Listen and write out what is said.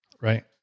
Right